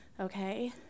Okay